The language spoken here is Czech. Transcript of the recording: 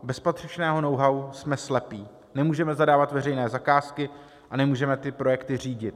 Bez patřičného knowhow jsme slepí, nemůžeme zadávat veřejné zakázky a nemůžeme projekty řídit.